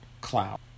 cloud